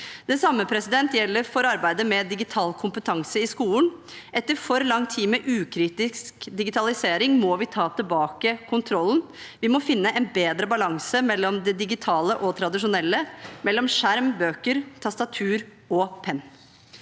Det samme gjelder for arbeidet med digital kompetanse i skolen. Etter for lang tid med ukritisk digitalisering må vi ta tilbake kontrollen. Vi må finne en bedre balanse mellom det digitale og tradisjonelle, mellom skjerm, bøker, tastatur og penn.